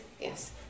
yes